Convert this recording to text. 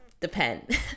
depend